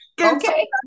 Okay